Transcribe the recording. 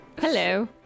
hello